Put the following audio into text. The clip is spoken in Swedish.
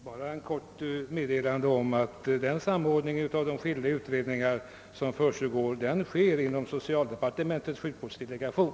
Herr talman! Jag vill i korthet meddela att den samordning som sker av de skilda utredningarna försiggår inom socialdepartementets sjukvårdsdelegation.